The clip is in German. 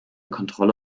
kontrolle